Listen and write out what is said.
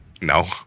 No